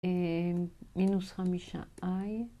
‫מינוס חמישה I.